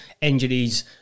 injuries